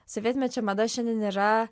sovietmečio mada šiandien yra